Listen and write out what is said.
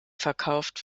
verkauft